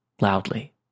Loudly